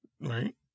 Right